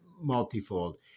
multifold